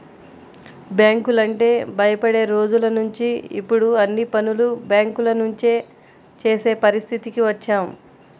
బ్యాంకులంటే భయపడే రోజులనుంచి ఇప్పుడు అన్ని పనులు బ్యేంకుల నుంచే చేసే పరిస్థితికి వచ్చాం